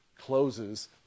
closes